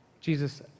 Jesus